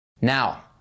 Now